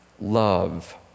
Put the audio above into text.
love